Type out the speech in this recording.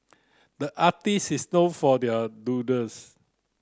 the artists is known for there doodles